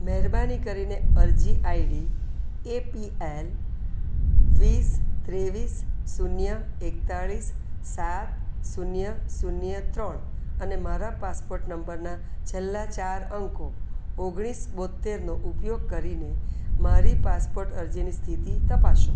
મહેરબાની કરીને અરજી આઈડી એ પી એલ વીસ ત્રેવીસ શૂન્ય એકતાળીસ સાત શૂન્ય શૂન્ય ત્રણ અને મારા પાસપોર્ટ નંબરના છેલ્લા ચાર અંકો ઓગણીસ બોતેરનો ઉપયોગ કરીને મારી પાસપોર્ટ અરજીની સ્થિતિ તપાસો